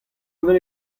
avel